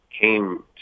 came